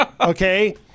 Okay